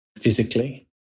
physically